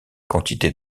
quantité